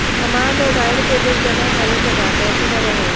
हमार मोबाइल के बिल जमा करे बा कैसे जमा होई?